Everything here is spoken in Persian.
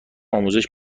آموزش